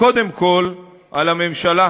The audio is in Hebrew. קודם כול על הממשלה,